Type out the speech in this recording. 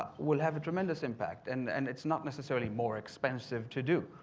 will have a tremendous impact. and, and it's not necessarily more expensive to do,